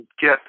get